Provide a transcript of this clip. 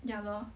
ya lor